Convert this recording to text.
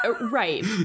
Right